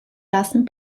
lassen